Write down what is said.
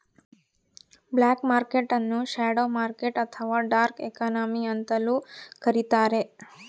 block market ನ್ನು shadow market ಅಥವಾ dark economy ಅಂತಲೂ ಕರಿತಾರೆ